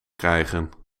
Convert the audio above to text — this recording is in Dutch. krijgen